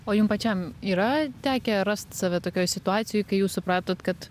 o jum pačiam yra tekę rast save tokioj situacijoj kai jūs supratot kad